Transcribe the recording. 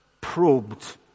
probed